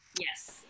yes